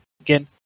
Again